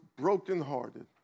brokenhearted